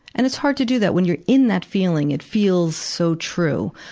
and it's hard to do that when you're in that feeling. it feels so true.